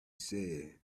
said